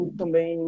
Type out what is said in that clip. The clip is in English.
também